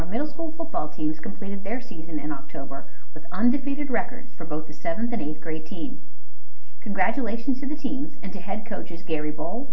our middle school football teams completed their season in october with undefeated records for both the seventh and eighth grade team congratulations to the teams and to head coaches gary b